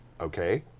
Okay